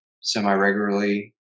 semi-regularly